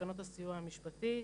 בתקנות הסיוע המשפטי.